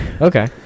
Okay